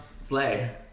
Slay